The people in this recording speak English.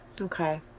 Okay